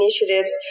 initiatives